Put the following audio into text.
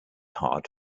hard